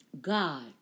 God